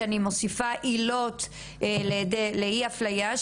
שאני מוסיפה עילות לאי הפליה,